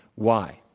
why?